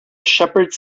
shepherds